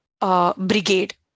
brigade